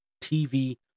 TV